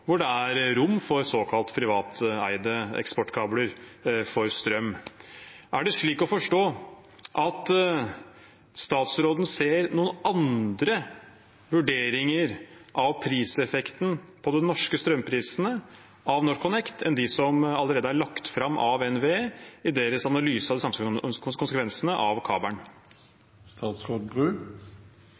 hvor det er rom for såkalt privateide eksportkabler for strøm. Er det slik å forstå at statsråden ser noen andre vurderinger av priseffekten av NorthConnect på de norske strømprisene enn dem som allerede er lagt fram av NVE i deres analyse av de samfunnsøkonomiske konsekvensene av kabelen?